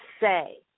say